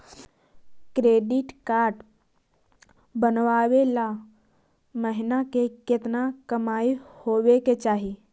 Credit card बनबाबे ल महीना के केतना कमाइ होबे के चाही?